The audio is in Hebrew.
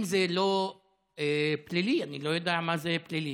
אם זה לא פלילי, אני לא יודע מה זה פלילי.